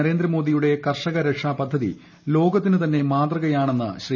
നരേന്ദ്ര മോദിയുടെ കർഷക രക്ഷാ പദ്ധതി ലോക്ത്തിന് തന്നെ മാതൃകയാണെന്ന് ശ്രീ